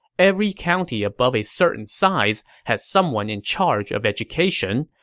every county above a certain size had someone in charge of education,